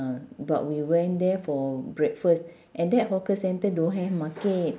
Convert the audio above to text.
uh but we went there for breakfast and that hawker centre don't have market